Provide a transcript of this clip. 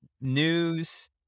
news